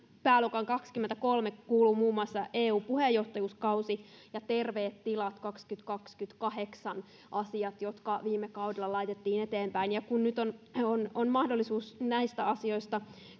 pääluokkaan kaksikymmentäkolme kuuluu muun muassa eu puheenjohtajuuskausi ja terveet tilat kaksituhattakaksikymmentäkahdeksan asiat jotka viime kaudella laitettiin eteenpäin kun nyt on on mahdollisuus näistä asioista